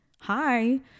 Hi